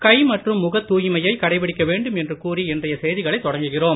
கை மற்றும் முகத் தூய்மையை கடைபிடிக்க வேண்டும் என்று கூறி இன்றைய செய்திகளை தொடங்குகிறோம்